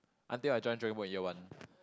until I join dragon boat in year one